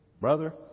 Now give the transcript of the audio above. brother